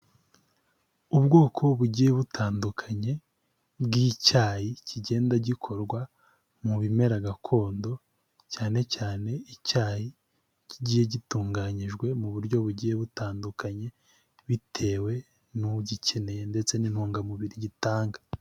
Ubwoko bugiye butandukanye bw'icyayi kigenda gikorwa mu bimera gakondo, cyane cyane icyayi kigiye gitunganyijwe mu buryo bugiye butandukanye bitewe n'ugikeneye ndetse n'intungamubiri gitanga.